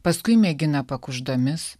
paskui mėgina pakuždomis